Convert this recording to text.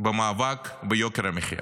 במאבק ביוקר המחיה.